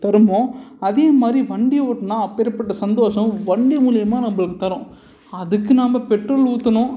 தரும் அதே மாதிரி வண்டி ஓட்டினா அப்பேர்ப்பட்ட சந்தோஷம் வண்டி மூலிமாக நம்மளுக்கு தரும் அதுக்கு நம்ம பெட்ரோல் ஊற்றணும்